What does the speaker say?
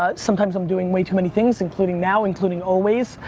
ah sometimes i'm doing way too many things including now, including always.